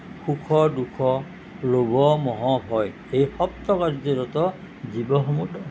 সুখ দুখ লোভ মোহ ভয় এই সপ্ত কাৰ্যৰত জীৱসমূহ